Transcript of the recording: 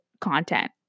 content